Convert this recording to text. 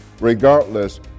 Regardless